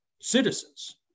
citizens